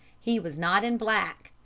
he was not in black.